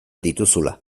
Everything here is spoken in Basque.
dituzula